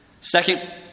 Second